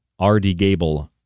rdgable